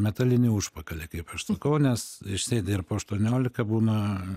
metalinį užpakalį kaip aš sakau nes išsėdi ir po aštuoniolika būna